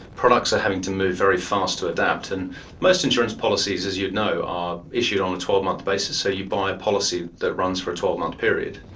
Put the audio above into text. products are having to move very fast to adapt. and most insurance policies, as you'd know, are issued on a twelve month basis, so you buy a policy that runs for a twelve month period.